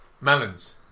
melons